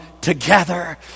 together